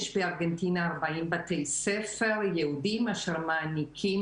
יש בארגנטינה 40 בתי ספר יהודיים אשר מעניקים